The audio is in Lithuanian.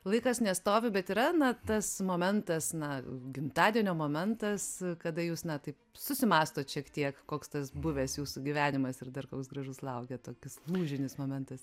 laikas nestovi bet yra na tas momentas na gimtadienio momentas kada jūs na taip susimąstot šiek tiek koks tas buvęs jūsų gyvenimas ir dar koks gražus laukia tokis lūžinis momentas